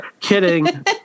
Kidding